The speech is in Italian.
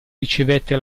ricevette